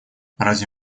разве